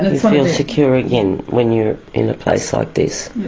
feel secure again when you're in a place like this.